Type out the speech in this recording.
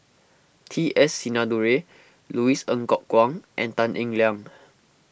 T S Sinnathuray Louis Ng Kok Kwang and Tan Eng Liang